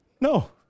No